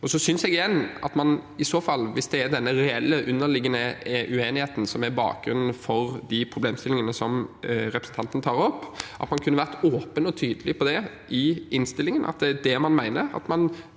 Jeg synes, igjen, at hvis det er denne reelle, underliggende uenigheten som er bakgrunnen for de problemstillingene som representanten tar opp, kunne man vært åpen og tydelig på det i innstillingen, at det er det man mener,